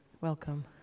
Welcome